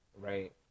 Right